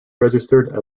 registered